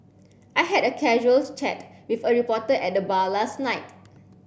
I had a casual chat with a reporter at the bar last night